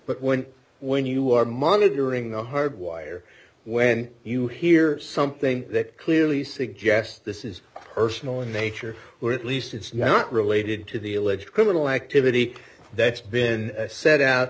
but when when you are monitoring the hard wire when you hear something that clearly suggests this is personal in nature or at least it's not related to the alleged criminal activity that's been set out